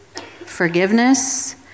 Forgiveness